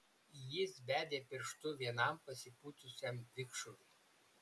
jis bedė pirštu vienam pasipūtusiam vikšrui